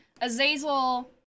Azazel